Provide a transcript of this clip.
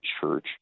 Church